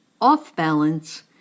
off-balance